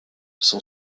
son